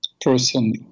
person